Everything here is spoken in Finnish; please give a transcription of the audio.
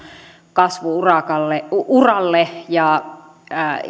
kasvu uralle uralle ja